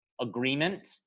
agreement